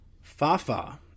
Fafa